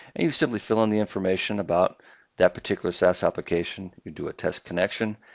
and you simply fill in the information about that particular saas application. you do a test connection.